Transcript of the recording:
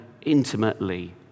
intimately